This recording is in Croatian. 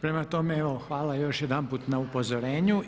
Prema tome, evo hvala još jedanput na upozorenju.